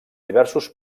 diversos